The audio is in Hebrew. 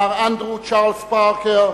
מר אנדרו צ'רלס פרקר,